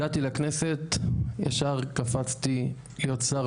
הגעתי לכנסת ישר קפצתי להיות שר,